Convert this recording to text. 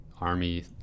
Army